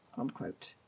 unquote